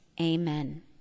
Amen